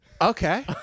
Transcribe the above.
okay